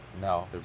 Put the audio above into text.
No